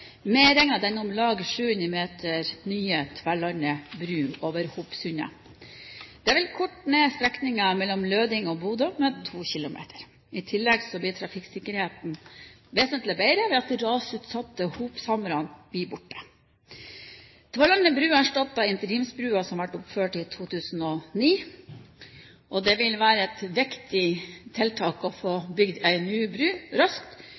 med 2 km. I tillegg blir trafikksikkerheten vesentlig bedre ved at den rasutsatte strekningen ved Hopshamran blir borte. Tverlandet bru erstatter interimsbrua som ble oppført i 2009, og det vil være et viktig tiltak å få bygd ei ny bru raskt